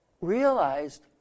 realized